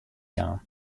jaan